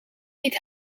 niet